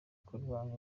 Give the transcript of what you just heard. kurwanya